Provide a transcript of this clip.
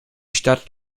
stadt